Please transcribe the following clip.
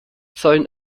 sollen